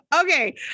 Okay